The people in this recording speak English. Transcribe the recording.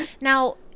Now